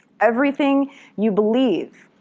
everything you believe,